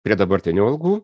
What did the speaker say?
prie dabartinių algų